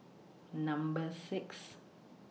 Number six